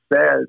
says